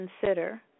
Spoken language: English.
consider